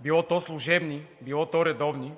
било то служебни, било то редовни,